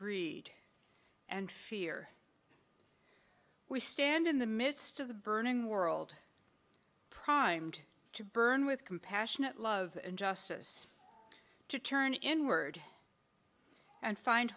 y and fear we stand in the midst of the burning world primed to burn with compassionate love and justice to turn inward and find